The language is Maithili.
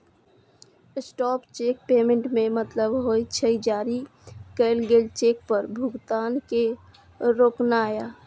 स्टॉप चेक पेमेंट के मतलब होइ छै, जारी कैल गेल चेक पर भुगतान के रोकनाय